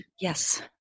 Yes